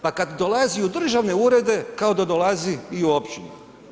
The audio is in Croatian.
Pa kad dolazi u državne urede kao da dolazi i u općinu.